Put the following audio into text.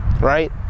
right